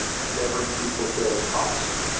endeavoring to fulfil the prophecy.